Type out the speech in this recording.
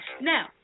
now